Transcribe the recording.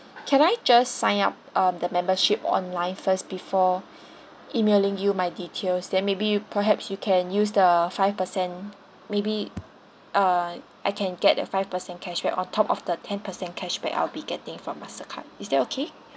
can I just sign up um the membership online first before emailing you my details then maybe you perhaps you can use the five percent maybe uh I can get a five percent cashback on top of the ten percent cashback I'll be getting from mastercard is that okay